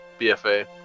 BFA